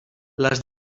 les